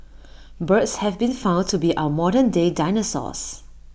birds have been found to be our modern day dinosaurs